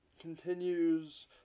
continues